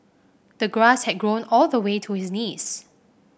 the grass had grown all the way to his knees